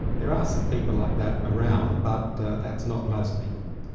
there are some people like that around, but that's not most people.